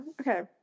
Okay